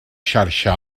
xarxa